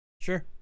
Sure